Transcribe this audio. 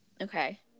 Okay